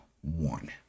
one